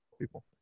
people